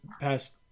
past